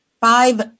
five